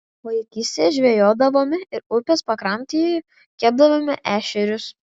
vaikystėje žvejodavome ir upės pakrantėje kepdavome ešerius